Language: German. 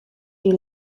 die